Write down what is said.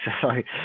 sorry